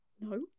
No